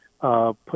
Put